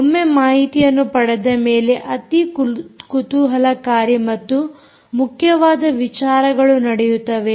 ಒಮ್ಮೆ ಮಾಹಿತಿಯನ್ನು ಪಡೆದ ಮೇಲೆ ಅತಿ ಕುತೂಹಲಕಾರಿ ಮತ್ತು ಮುಖ್ಯವಾದ ವಿಚಾರಗಳು ನಡೆಯುತ್ತವೆ